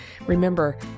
Remember